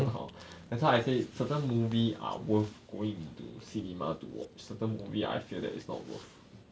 更好 that's why I say certain movies are worth going to cinema to watch certain movie I feel that it's not worth